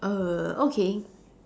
err okay